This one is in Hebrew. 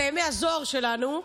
בימי הזוהר שלנו,